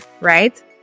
Right